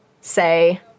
say